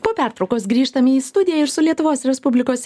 po pertraukos grįžtame į studiją ir su lietuvos respublikos